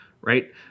right